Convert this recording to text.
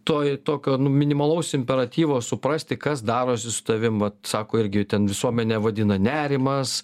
toji tokio minimalaus imperatyvo suprasti kas darosi su tavim vat sako irgi ten visuomenė vadina nerimas